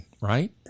Right